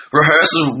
rehearsal